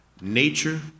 nature